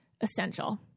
essential